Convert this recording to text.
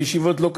ולישיבות לא קלות.